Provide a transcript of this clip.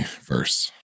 verse